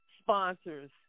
Sponsors